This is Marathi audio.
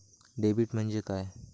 डेबिट म्हणजे काय?